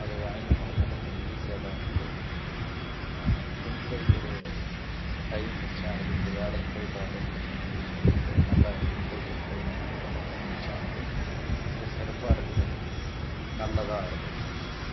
அதை வாய்ண்ட்டு போனதால் கொஞ்சம் ஈஸியாக தான் இருக்குது துணி துவைக்கிற டைம் மிச்சம் ஆகுது இப்போ வேலைக்கு போய்ட்டு வரவங்களுக்கு இப்போ நல்லா துணி துவைக்கிற டைம் என்றதால் கொஞ்சம் மிச்சம் ஆகுது மிக சிறப்பாக இருக்குது நல்லா தான் இருந்தது